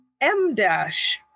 M-dash